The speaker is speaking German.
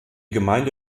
gemeinde